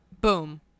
Boom